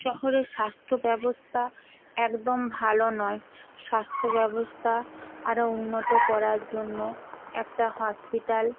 শহরের স্বাস্থ্য ব্যবস্থা একদম ভালো নয় স্বাস্থ্য ব্যবস্থা আরো উন্নত করার জন্য একটা হসপিটাল